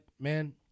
man